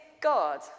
God